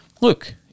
look